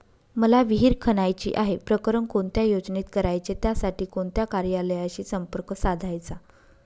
मला विहिर खणायची आहे, प्रकरण कोणत्या योजनेत करायचे त्यासाठी कोणत्या कार्यालयाशी संपर्क साधायचा?